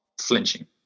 flinching